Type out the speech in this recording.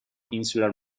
insular